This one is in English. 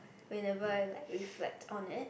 whenever I like reflect on it